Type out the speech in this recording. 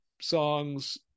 songs